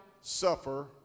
suffer